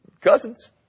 cousins